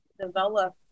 develop